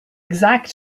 exact